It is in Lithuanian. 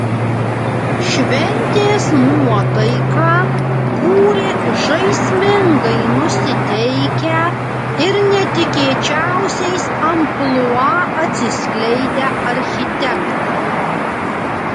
šventės nuotaiką kūrė žaismingai nusiteikę ir netikėčiausiais amplua atsiskleidę architektai